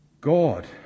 God